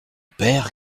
père